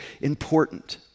important